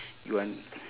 you want